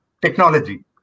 technology